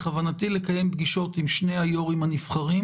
בכוונתי לקיים פגישות עם שני היו"רים הנבחרים